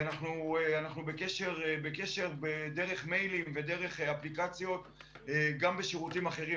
אנחנו בקשר דרך מיילים ודרך אפליקציות גם בשירותים אחרים,